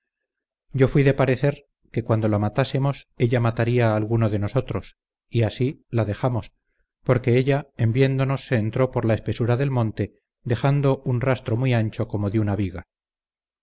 yo fui de parecer que cuando la matásemos ella mataría a alguno de nosotros y así la dejamos porque ella en viéndonos se entró por la espesura del monte dejando un rastro muy ancho como de una viga